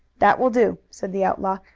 that will do, said the outlaw.